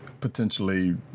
potentially